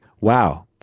wow